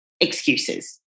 excuses